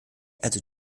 also